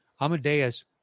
Amadeus